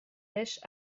lèches